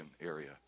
area